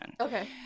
Okay